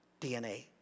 DNA